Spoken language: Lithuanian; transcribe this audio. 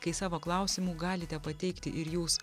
kai savo klausimų galite pateikti ir jūs